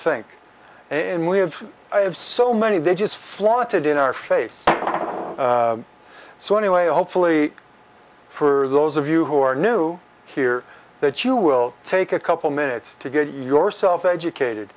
think and live i have so many they just flaunted in our face so anyway hopefully for those of you who are new here that you will take a couple minutes to get yourself educated